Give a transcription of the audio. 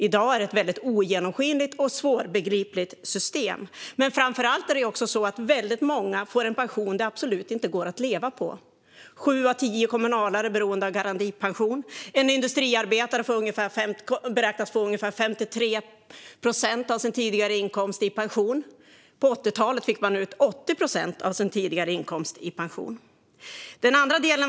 I dag är det ett väldigt ogenomskinligt och svårbegripligt system. Men framför allt är det väldigt många som får en pension som det absolut inte går att leva på. Sju av tio kommunalare är beroende av garantipension. En industriarbetare beräknas få ungefär 53 procent av sin tidigare inkomst i pension. Under 80-talet fick man ut 80 procent av sin tidigare inkomst i pension.